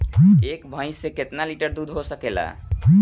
एक भइस से कितना लिटर दूध हो सकेला?